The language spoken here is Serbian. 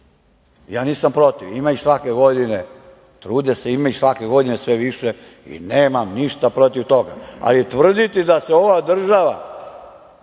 Nisam ja protiv, ima ih svake godine, trude se, ima ih svake godine sve više i nemam ništa protiv toga, ali tvrditi da se ova država